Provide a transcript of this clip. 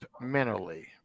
mentally